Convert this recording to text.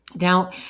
now